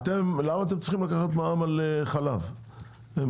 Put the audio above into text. למה אתם צריכים לקחת מע"מ על חלב מפוקח?